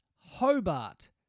Hobart